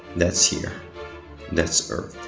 that's here that's earth